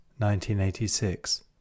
1986